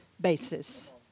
basis